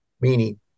meaning